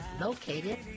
located